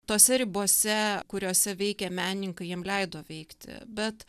tose ribose kuriose veikia menininkai jiem leido veikti bet